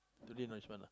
today nice one ah